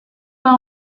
bas